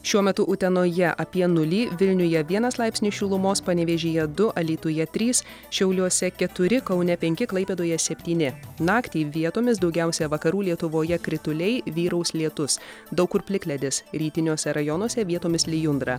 šiuo metu utenoje apie nulį vilniuje vienas laipsnis šilumos panevėžyje du alytuje trys šiauliuose keturi kaune penki klaipėdoje septyni naktį vietomis daugiausia vakarų lietuvoje krituliai vyraus lietus daug kur plikledis rytiniuose rajonuose vietomis lijundra